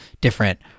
different